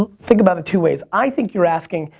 ah think about it two ways. i think you're asking,